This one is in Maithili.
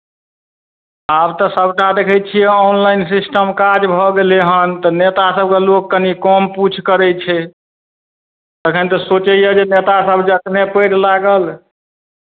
आब तऽ सभटा देखै छियै ऑनलाइन सिस्टम काज भऽ गेलै हन तऽ नेता सभकेँ लोक कनी कम पूछ करै छै तखन तऽ सोचैए जे नेतासभ जखने पैड़ लागल